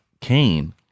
Cain